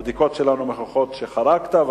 הבדיקות שלנו מוכיחות שחרגת,